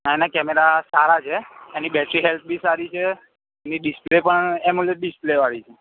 ના ના કેમેરા સારા છે એની બેટરી હેલ્થ બી સારી છે અને ડીસ્પ્લે પણ અમોલેડ ડીસ્પ્લેવાળી છે